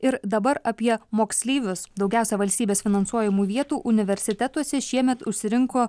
ir dabar apie moksleivius daugiausiai valstybės finansuojamų vietų universitetuose šiemet užsirinko